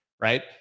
right